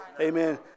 amen